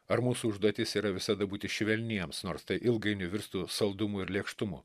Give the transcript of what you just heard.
ar mūsų užduotis yra visada būti švelniems nors tai ilgainiui virstų saldumu ir lėkštumu